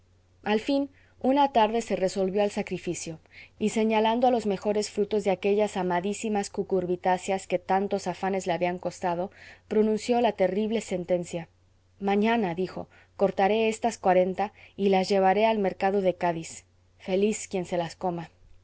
al fin una tarde se resolvió al sacrificio y señalando a los mejores frutos de aquellas amadísimas cucurbitáceas que tantos afanes le habían costado pronunció la terrible sentencia mañana cortaré estas cuarenta y las llevaré al mercado de cádiz feliz quien se las coma